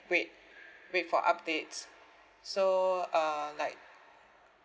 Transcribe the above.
wait wait for updates so uh like